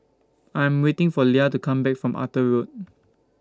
I'm waiting For Lia to Come Back from Arthur Road